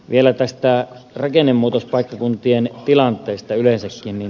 vielä rakennemuutospaikkakuntien tilanteesta yleensäkin